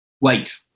wait